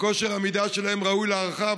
וכושר העמידה שלהם ראוי להערכה,